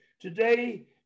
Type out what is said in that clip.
Today